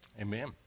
Amen